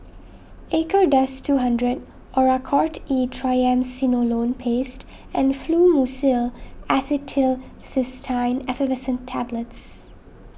Acardust two hundred Oracort E Triamcinolone Paste and Fluimucil Acetylcysteine Effervescent Tablets